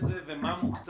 זה תלוי בקורס,